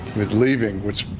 was leaving, which.